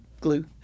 glue